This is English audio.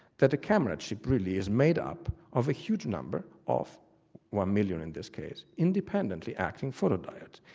that a camera chip really is made up of a huge number of one million in this case independently acting photodiodes.